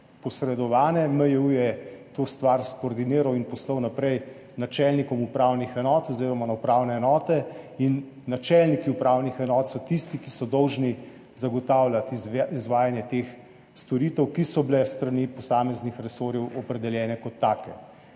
posredovane. MJU je to stvar skoordiniral in poslal naprej načelnikom upravnih enot oziroma na upravne enote. Načelniki upravnih enot so tisti, ki so dolžni zagotavljati izvajanje teh storitev, ki so bile s strani posameznih resorjev opredeljene kot take.